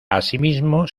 asimismo